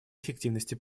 эффективности